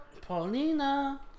Paulina